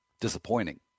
disappointing